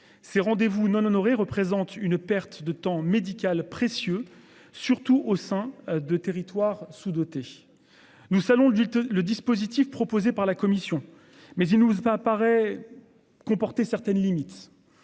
ces rendez-vous non honorés représente une perte de temps médical précieux, surtout au sein de territoires sous dotés. Nous Salon l'le dispositif proposé par la Commission mais il ne veut pas apparaît comporter certaines limites.